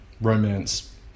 romance